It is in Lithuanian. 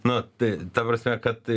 nu tai ta prasme kad